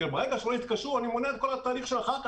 כי ברגע שלא יתקשרו אני מונע את כל התהליך של אחר כך,